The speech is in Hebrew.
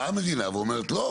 באה המדינה ואומרת שלא,